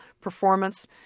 performance